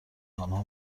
آنها